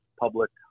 Public